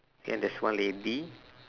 and there's one lady